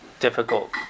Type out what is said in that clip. difficult